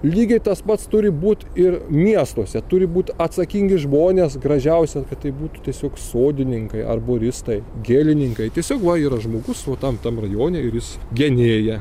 lygiai tas pats turi būt ir miestuose turi būt atsakingi žmonės gražiausia kad tai būtų tiesiog sodininkai ar boristai gėlininkai tiesiog va yra žmogus va tam tam rajone ir jis genėja